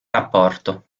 rapporto